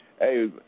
Hey